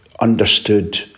understood